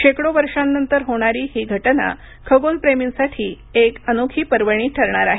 शेकडो वर्षांनंतर होणारी ही घटना खगोलप्रेमींसाठी एक अनोखी पर्वणी ठरणार आहे